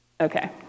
Okay